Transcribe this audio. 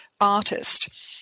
artist